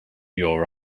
your